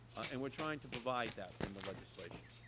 and we are trying to provide that in the legislation.